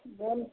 बोल